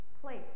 place